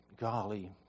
Golly